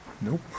Nope